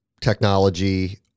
technology